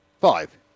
Five